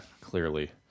clearly